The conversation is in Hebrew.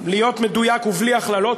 להיות מדויק ובלי הכללות,